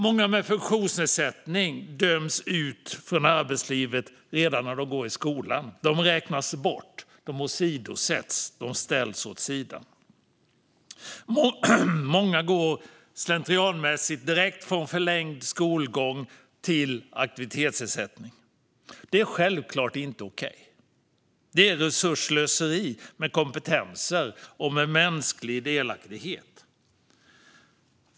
Många med funktionsnedsättning döms ut från arbetslivet redan när de går i skolan. De räknas bort och åsidosätts. De ställs åt sidan. Många går slentrianmässigt direkt från förlängd skolgång till aktivitetsersättning. Det är självklart inte okej. Det är slöseri med resurser, kompetenser och mänsklig delaktighet.